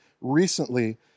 recently